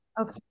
Okay